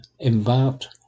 embarked